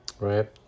Right